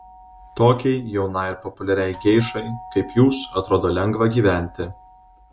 tokiai jaunai ir populiariai geišai kaip jūs atrodo lengva gyventi